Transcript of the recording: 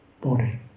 body